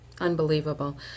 Unbelievable